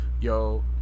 yo